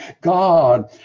God